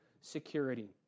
security